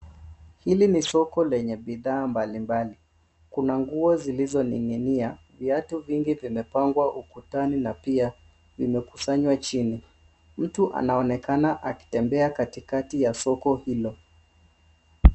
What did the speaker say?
Hili ni soko lenye bidhaa mbalimbali. Kuna nguo zilizoning'inia. Viatu vingi vimepangwa ukutani na pia vimekusanywa chini. Mtu anaonekana akitembea katikati ya soko hilo.